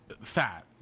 fat